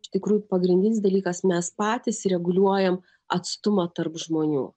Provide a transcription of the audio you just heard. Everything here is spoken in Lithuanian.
iš tikrųjų pagrindinis dalykas mes patys reguliuojam atstumą tarp žmonių